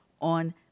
on